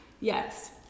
Yes